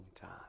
time